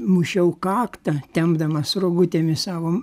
mušiau kaktą tempdamas rogutėmis savo